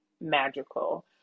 magical